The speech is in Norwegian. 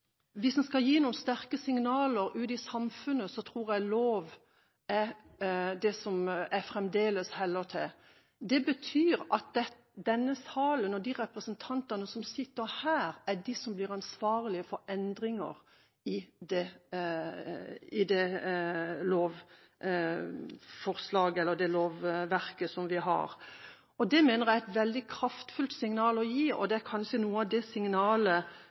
hvis en skal gi noen sterke signaler ut til samfunnet, tror jeg lov er det som jeg fremdeles heller til. Det betyr at denne salen og de representantene som sitter her, blir ansvarlige for endringer i det lovverket som vi har. Det mener jeg er et veldig kraftfullt signal å gi, og det er kanskje det signalet disse barna faktisk trenger. Forskrifter kan endres uten at man går veien om Stortinget. Helt til slutt: Det